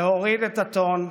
להוריד את הטון,